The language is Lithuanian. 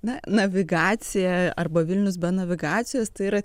na navigacija arba vilnius be navigacijos tai yra